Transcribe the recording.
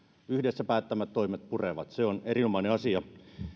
yhdessä päättämät toimet purevat se on erinomainen asia